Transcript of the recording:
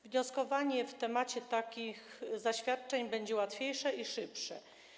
Wnioskowanie w temacie takich zaświadczeń będzie łatwiejsze i szybsze.